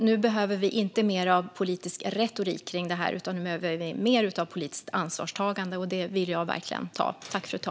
Nu behöver vi inte mer av politisk retorik kring det här, utan nu behöver vi mer av politiskt ansvarstagande, och det vill jag verkligen ta.